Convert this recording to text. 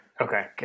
Okay